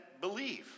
believe